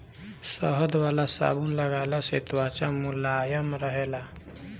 शहद वाला साबुन लगवला से त्वचा मुलायम रहेला